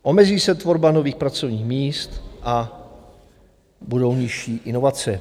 Omezí se tvorba nových pracovních míst a budou nižší inovace.